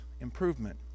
improvement